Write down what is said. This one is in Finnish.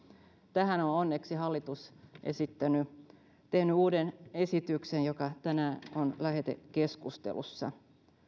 tähän on on onneksi hallitus tehnyt uuden esityksen joka tänään on lähetekeskustelussa